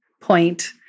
point